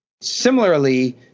similarly